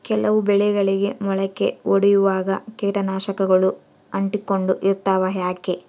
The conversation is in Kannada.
ಕೆಲವು ಬೆಳೆಗಳಿಗೆ ಮೊಳಕೆ ಒಡಿಯುವಾಗ ಕೇಟನಾಶಕಗಳು ಅಂಟಿಕೊಂಡು ಇರ್ತವ ಯಾಕೆ?